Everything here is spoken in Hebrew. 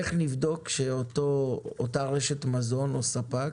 איך נבדוק שאותה רשת מזון וספק